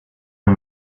and